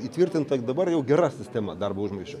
įtvirtinta dabar jau gera sistema darbo užmokesčio